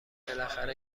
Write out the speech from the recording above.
بالاخره